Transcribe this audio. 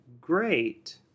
great